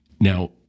Now